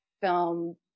film